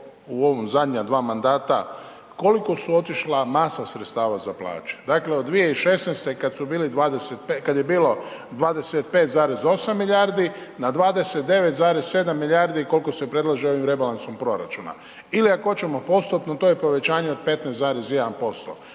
u ova zadnja dva mandata koliko su otišla masa sredstava za plaće, dakle od 2016. kad je bilo 25,8 milijardi na 29,7 milijardi koliko se predlaže ovim rebalansom proračuna ili ako hoćemo postotno to je povećanje od 15,1%.